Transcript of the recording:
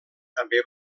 també